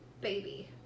baby